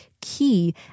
key